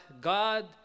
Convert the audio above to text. God